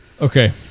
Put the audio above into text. Okay